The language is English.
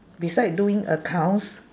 beside doing accounts